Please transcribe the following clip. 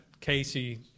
Casey